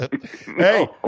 Hey